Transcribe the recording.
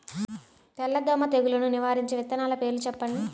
తెల్లదోమ తెగులును నివారించే విత్తనాల పేర్లు చెప్పండి?